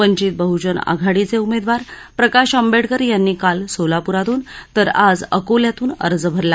वंचित बह्जन आघाडीचे उमेदवार प्रकाश आंबेडकर यांनी काल सोलापूरातून तर आज अकोल्यातून अर्ज भरला